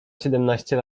siedemnaście